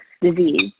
disease